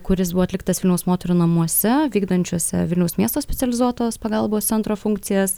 kuris buvo atliktas vilniaus moterų namuose vykdančiuose vilniaus miesto specializuotos pagalbos centro funkcijas